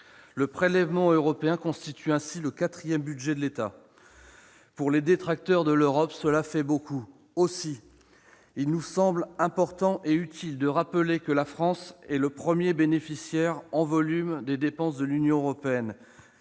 Le prélèvement européen constitue ainsi le quatrième budget de l'État. Pour les détracteurs de l'Europe, cela fait beaucoup. Aussi nous semble-t-il important et utile de rappeler que la France est, en volume, le premier bénéficiaire des dépenses de l'Union européenne